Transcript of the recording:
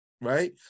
right